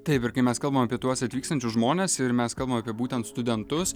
taip ir kai mes kalbam apie tuos atvykstančius žmones ir mes kalbam apie būtent studentus